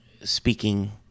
speaking